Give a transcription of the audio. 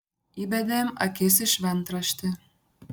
įbedėm akis į šventraštį